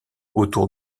autour